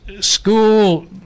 school